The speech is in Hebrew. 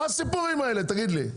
מה הסיפורים האלה, תגיד לי?